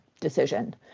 decision